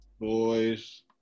boys